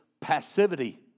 passivity